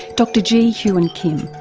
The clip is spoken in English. dr jee hyun kim.